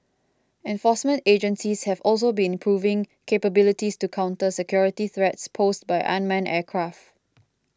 enforcement agencies have also been improving capabilities to counter security threats posed by unmanned aircraft